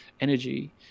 energy